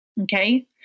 Okay